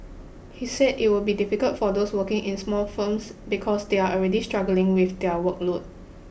he said it would be difficult for those working in small firms because they are already struggling with their workload